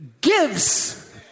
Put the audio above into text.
gives